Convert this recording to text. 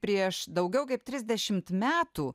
prieš daugiau kaip trisdešimt metų